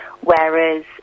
Whereas